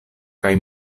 kaj